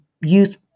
youth